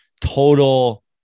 total